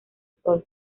sol